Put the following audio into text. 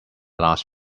last